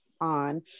on